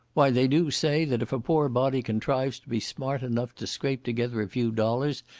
why they do say, that if a poor body contrives to be smart enough to scrape together a few dollars,